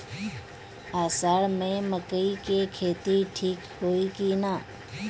अषाढ़ मे मकई के खेती ठीक होई कि ना?